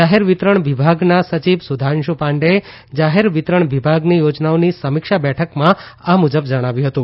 જાહેર વિતરણ વિભાગના સચિવ સુધાંશુ પાંડેએ જાહેર વિતરણ વિભાગની યોજનાઓની સમીક્ષા બેઠકમાં આ મુજબ જણાવ્યું હતું